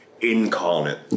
incarnate